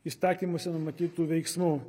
įstatymuose numatytų veiksmų